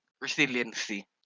Resiliency